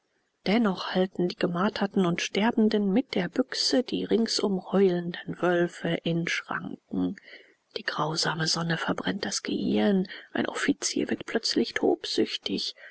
dennoch halten die gemarterten und sterbenden mit der büchse die ringsum heulenden wölfe in schranken die grausame sonne verbrennt das gehirn ein offizier wird plötzlich tobsüchtig